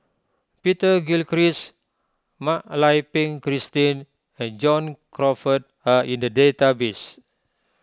Peter Gilchrist Mak Lai Peng Christine and John Crawfurd are in the database